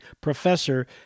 professor